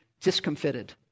discomfited